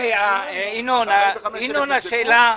45,000 נבדקו.